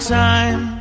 time